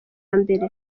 mbere